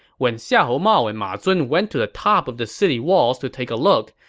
when xiahou mao and ma zun went to the top of the city walls to take a look,